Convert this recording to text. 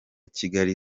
kigali